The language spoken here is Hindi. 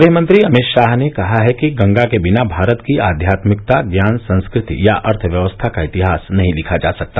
गृहमंत्री अमित शाह ने कहा है कि गंगा के बिना भारत की आध्यात्मिकता ज्ञान संस्कृति या अर्थव्यवस्था का इतिहास नहीं लिखा जा सकता